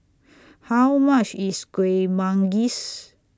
How much IS Kuih Manggis